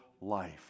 life